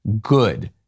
good